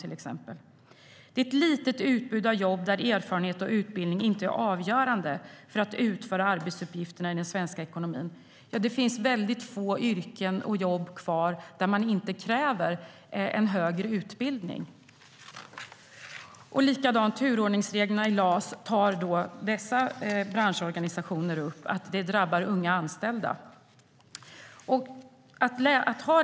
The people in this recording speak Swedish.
En annan orsak är ett "litet utbud av jobb där erfarenhet och utbildning inte är avgörande för att utföra arbetsuppgiften i den svenska ekonomin". Det finns väldigt få yrken och jobb kvar där man inte kräver en högre utbildning. Dessa organisationer tar också upp att "turordningsreglerna i LAS drabbar unga anställda".